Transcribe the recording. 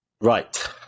Right